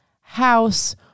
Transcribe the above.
house